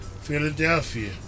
Philadelphia